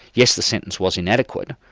yes, the sentence was inadequate,